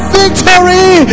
victory